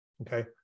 Okay